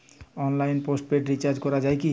অনলাইনে postpaid recharge করা যায় কি?